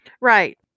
right